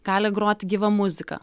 gali groti gyva muzika